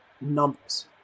numbers